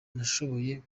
nashoboye